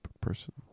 person